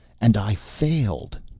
and i failed.